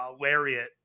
lariat